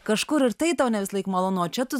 kažkur ir tai tau ne visąlaik malonu o čia tu